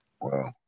Wow